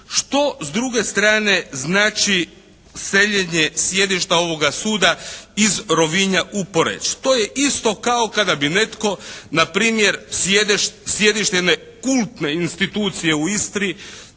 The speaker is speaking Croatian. Što s druge strane znači seljenje sjedišta ovoga suda iz Rovinja u Poreč? To je isto kao kada bi netko na primjer sjedište jedne kultne institucije u Istri